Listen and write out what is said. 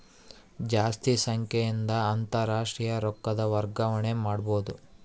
ಜಾಸ್ತಿ ಸಂಖ್ಯೆಯಿಂದ ಅಂತಾರಾಷ್ಟ್ರೀಯ ರೊಕ್ಕದ ವರ್ಗಾವಣೆ ಮಾಡಬೊದು